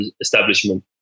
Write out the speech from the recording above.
establishment